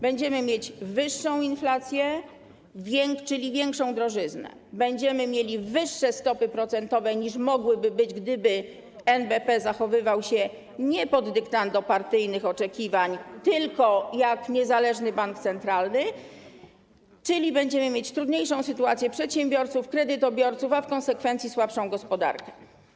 Będziemy mieć wyższą inflację, czyli większą drożyznę, będziemy mieli wyższe stopy procentowe, niż mogłyby być, gdyby NBP zachowywał się nie pod dyktando partyjnych oczekiwań, tylko jak niezależny bank centralny, czyli będziemy mieć trudniejszą sytuację przedsiębiorców, kredytobiorców, a w konsekwencji słabszą gospodarkę.